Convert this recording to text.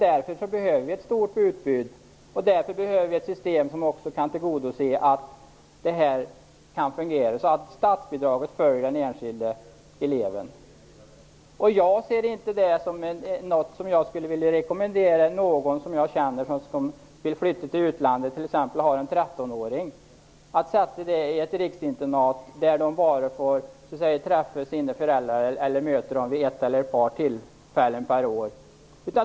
Därför behöver vi ett stort utbud, och därför behöver vi ett system som kan fungera så att statsbidraget följer den enskilde eleven. Jag skulle inte vilja rekommendera någon jag känner som vill flytta till utlandet och som har t.ex. en 13-åring att sätta honom eller henne i ett riksinternat där de bara får träffa sina föräldrar vid ett eller ett par tillfällen per år.